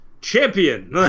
Champion